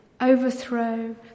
overthrow